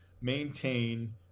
maintain